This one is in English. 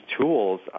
tools